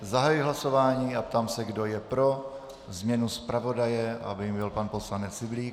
Zahajuji hlasování a ptám se, kdo je pro změnu zpravodaje, aby jím byl pan poslanec Syblík.